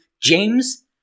James